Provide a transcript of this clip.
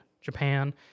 Japan